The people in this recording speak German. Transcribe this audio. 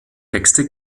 texte